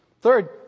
Third